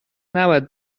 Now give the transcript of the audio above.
نباید